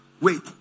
wait